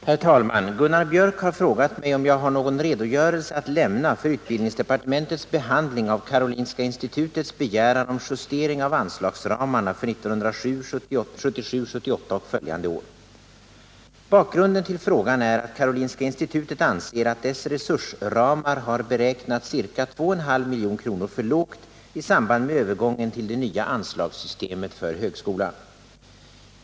Herr talman! Gunnar Biörck i Värmdö har frågat mig om jag har någon redogörelse att lämna för utbildningsdepartementets behandling av Karolinska institutets begäran om justering av anslagsramarna för 1977/78 och Bakgrunden till frågan är att Karolinska institutet anser att dess resursramar har beräknats ca 2,5 milj.kr. för lågt i samband med övergången till det nya anslagssystemet för högskolan.